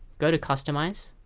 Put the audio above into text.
go to customize